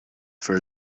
for